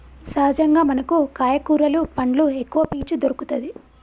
సహజంగా మనకు కాయ కూరలు పండ్లు ఎక్కవ పీచు దొరుకతది